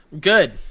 Good